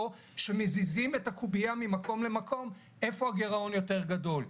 שמזיזים את הקובייה ממקום למקום איפה הגירעון יותר גדול.